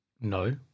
No